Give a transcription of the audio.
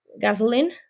gasoline